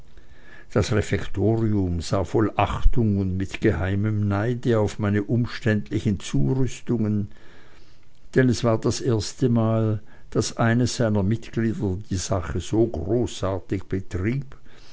das refektorium sah voll achtung und mit geheimem neide auf meine umständlichen zurüstungen denn es war das erste mal daß eines seiner mitglieder die sache so großartig betrieb